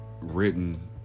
written